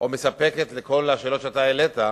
או מספקת לכל השאלות שאתה העלית,